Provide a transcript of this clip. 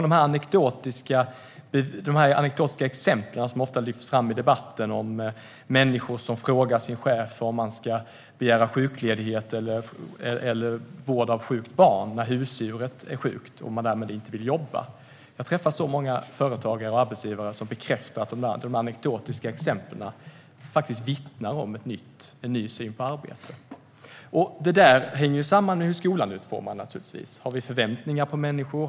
De anekdotiska exempel som ofta lyfts fram i debatten handlar om människor som frågar sin chef om de ska begära sjukledigt eller ledighet för vård av barn när husdjuret är sjukt och man därmed inte vill jobba. Jag träffar så många företagare och arbetsgivare som bekräftar att de anekdotiska exemplen faktiskt vittnar om en ny syn på arbete. Det där hänger givetvis samman med hur skolan är utformad. Har vi förväntningar på människor?